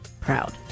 proud